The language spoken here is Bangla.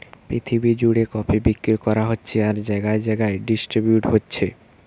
পৃথিবী জুড়ে কফি বিক্রি করা হচ্ছে আর জাগায় জাগায় ডিস্ট্রিবিউট হচ্ছে